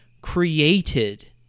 created